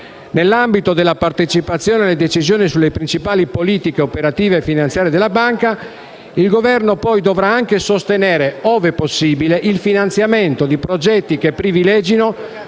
Nell'ambito della partecipazione alle decisioni sulle principali politiche operative e finanziarie della Banca, il Governo dovrà anche sostenere, ove possibile, il finanziamento di progetti che privilegino